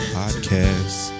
podcast